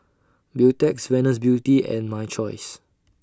Beautex Venus Beauty and My Choice